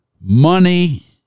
Money